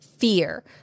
fear